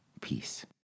Peace